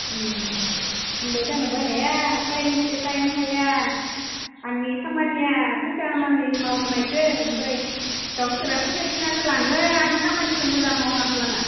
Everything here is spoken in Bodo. बुंबाय थानोबो हाया टाइम मथे टाइम फाया आंनि खामानिया फैसा होनानै मावहोनायसो ओमफ्राय गावसोरा फैसा खिनाखौ लाङो आंनि खामानिखो मोजां मावना होलाङा